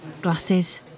glasses